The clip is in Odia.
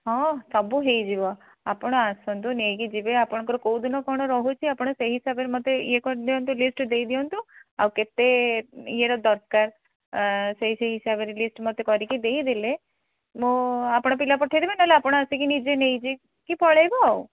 ହଁ ସବୁ ହେଇଯିବ ଆପଣ ଆସନ୍ତୁ ନେଇକିଯିବେ ଆପଣଙ୍କର କେଉଁଦିନ କ'ଣ ରହୁଛି ଆପଣ ସେଇ ହିସାବରେ ମୋତେ ଇଏ କରିଦିଅନ୍ତୁ ଲିଷ୍ଟ ଦେଇଦିଅନ୍ତୁ ଆଉ କେତେ ଇଏର ଦରକାର ସେଇ ସେଇ ହିସାବରେ ଲିଷ୍ଟ ମୋତେ କରିକି ଦେଇଦେଲେ ମୁଁ ଆପଣ ପିଲା ପଠାଇଦେବେ ନହେଲେ ଆପଣ ଆସିକି ନିଜେ ନେଇଯାଇକି ପଳାଇବ ଆଉ